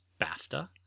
BAFTA